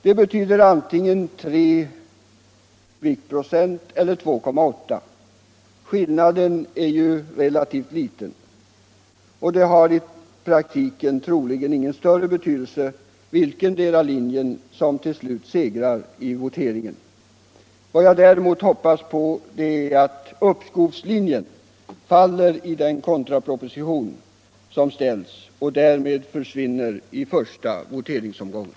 Det betyder antingen 3,0 viktprocent eller 2,8. Skillnaden är liten, och det har i praktiken troligen ingen större betydelse vilkendera linjen som segrar i slutvoteringen. Vad jag däremot hoppas på är att uppskovslinjen faller i kontrapropositionsvoteringen och därmed försvinner i första omgången.